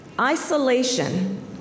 Isolation